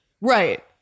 Right